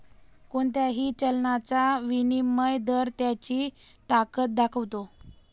कोणत्याही चलनाचा विनिमय दर त्याची ताकद दाखवतो